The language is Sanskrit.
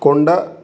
कोण्ड